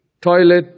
toilet